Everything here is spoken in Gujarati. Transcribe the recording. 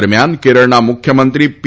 દરમ્યાન કેરળના મુખ્યમંત્રી પી